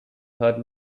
heard